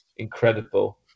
Incredible